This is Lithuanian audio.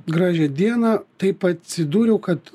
gražią dieną taip atsidūriau kad